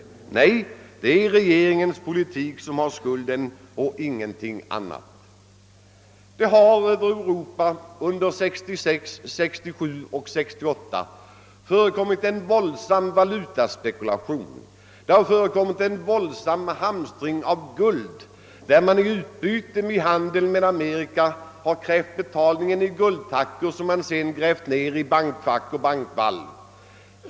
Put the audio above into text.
Nej, man gör gällande att det är regeringens politik som har skulden, och ingenting annat. Det har i Europa under 1966, 1967 och 1968 förekommit en våldsam valutaspekulation och en våldsam hamstring av guld, varvid man i utbytet vid handeln med Amerika har krävt betalning i guldtackor som man sedan grävt ned i bankfack och bankvalv.